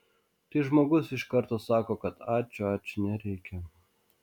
tai žmogus iš karto sako kad ačiū ačiū nereikia